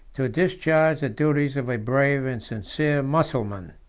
to discharge the duties of a brave and sincere mussulman.